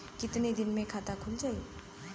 कितना दिन मे खाता खुल जाई?